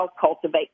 Cultivate